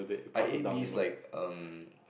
I ate this like um